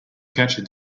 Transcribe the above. catcher